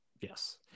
Yes